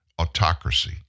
Autocracy